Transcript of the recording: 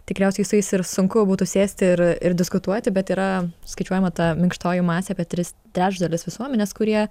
tikriausiai su jais ir sunku būtų sėsti ir ir diskutuoti bet yra skaičiuojama ta minkštoji masė apie tris trečdalis visuomenės kurie